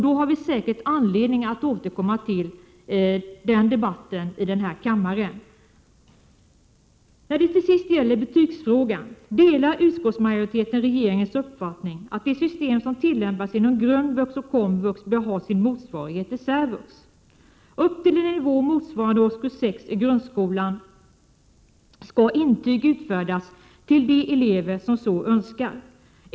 Då får vi säkert anledning att återkomma till denna debatt i kammaren. När det till sist gäller betygsfrågan, delar utskottsmajoriteten regeringens uppfattning att det system som tillämpas inom grundvux och komvux bör ha sin motsvarighet i särvux. Upp till en nivå motsvarande årskurs 6 i grundskolan skall intyg utfärdas till de elever som så önskar.